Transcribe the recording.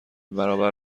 برابر